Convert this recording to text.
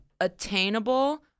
Attainable